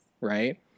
right